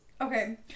Okay